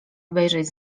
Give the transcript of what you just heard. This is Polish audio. obejrzeć